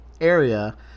area